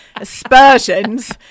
aspersions